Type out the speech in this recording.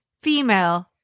female